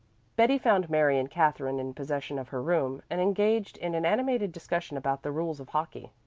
betty found mary and katherine in possession of her room and engaged in an animated discussion about the rules of hockey.